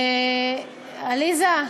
עליזה,